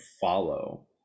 follow